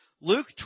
Luke